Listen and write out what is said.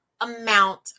amount